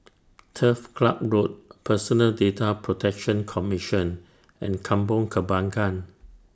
Turf Club Road Personal Data Protection Commission and Kampong Kembangan